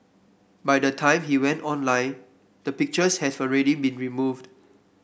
by the time he went online the pictures had been removed